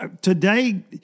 today